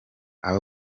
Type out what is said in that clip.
aba